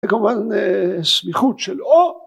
כמובן אה... סמיכות של אור...